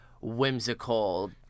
whimsical